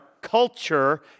culture